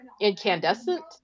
incandescent